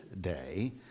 day